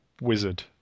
wizard